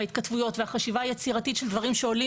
וההתכתבויות והחשיבה היצירתית של דברים שעולים